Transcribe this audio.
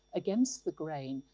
against the grain,